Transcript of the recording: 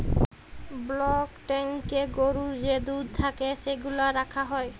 block ট্যাংকয়ে গরুর যে দুহুদ থ্যাকে সেগলা রাখা হ্যয়